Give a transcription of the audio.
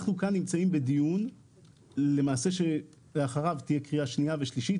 אנחנו נמצאים כאן בדיון שלאחריו תהיה קריאה שנייה ושלישית,